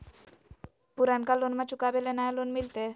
पुर्नका लोनमा चुकाबे ले नया लोन मिलते?